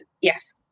yes